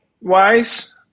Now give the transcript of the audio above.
wise